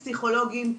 פסיכולוגים,